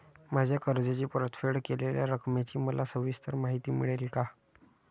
माझ्या कर्जाची परतफेड केलेल्या रकमेची मला सविस्तर माहिती मिळेल का?